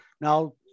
now